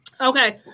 Okay